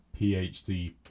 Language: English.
PhD